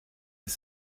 des